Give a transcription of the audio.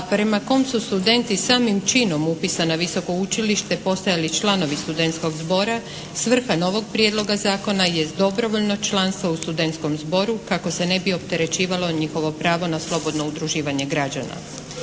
a prema kom su studenti samim činom upisa na Visoko učilište postajali članovi studentskog zbora, svrha novog prijedloga zakona jest dobrovoljno članstvo u studentskom zboru kako se ne bi opterećivalo njihovo pravo na slobodno udruživanje građana.